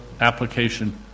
application